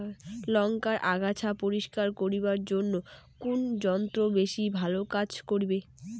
লংকার আগাছা পরিস্কার করিবার জইন্যে কুন যন্ত্র বেশি ভালো কাজ করিবে?